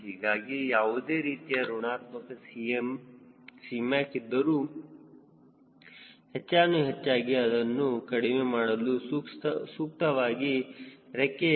ಹೀಗಾಗಿ ಯಾವುದೇ ರೀತಿಯ ಋಣಾತ್ಮಕ Cmac ಇದ್ದರು ಹೆಚ್ಚಾನುಹೆಚ್ಚಾಗಿ ಅದನ್ನು ಕಡಿಮೆ ಮಾಡಲು ಸೂಕ್ತವಾಗಿ ರೆಕ್ಕೆಯ a